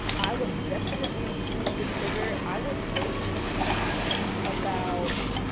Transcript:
i would definitely choose the trigger. i would wait about,